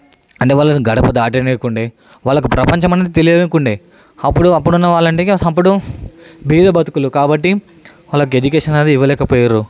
అంటే వాళ్ళను గడప దాటనీయకుండే వాళ్లకు ప్రపంచం అంటే తెలియనీయకుండె అప్పుడు అప్పుడున్న వాళ్ళను బీద బతుకులు కాబట్టి వాళ్ళకి ఎడ్యుకేషన్ అనేది ఇవ్వలేక పొయ్యారు